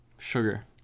sugar